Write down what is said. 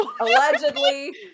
allegedly